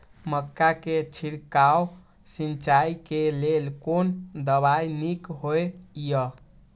मक्का के छिड़काव सिंचाई के लेल कोन दवाई नीक होय इय?